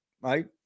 right